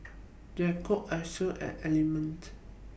Jacob's Asos and Element